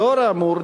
לאור האמור,